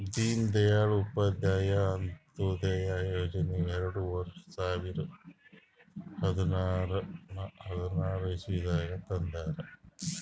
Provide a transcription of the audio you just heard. ದೀನ್ ದಯಾಳ್ ಉಪಾಧ್ಯಾಯ ಅಂತ್ಯೋದಯ ಯೋಜನಾ ಎರಡು ಸಾವಿರದ ಹದ್ನಾರ್ ಇಸ್ವಿನಾಗ್ ತಂದಾರ್